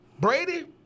Brady